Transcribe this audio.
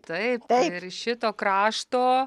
taip ir iš šito krašto